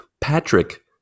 patrick